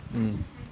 mm